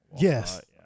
Yes